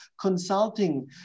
consulting